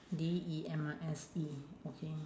D E M I S E okay